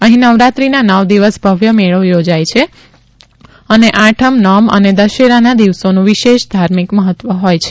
અહી નવરાત્રીના નવ દિવસ ભવ્ય મેળો ભરાય છે અને આઠમ નોમ અને દશેરાના દિવસોનું વિશેષ ધાર્મિક મહત્વ હોથ છે